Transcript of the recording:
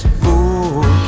fool